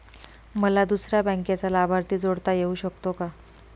मला दुसऱ्या बँकेचा लाभार्थी जोडता येऊ शकतो का?